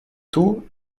tout